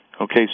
Okay